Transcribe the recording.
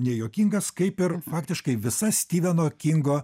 nejuokingas kaip ir faktiškai visa stiveno kingo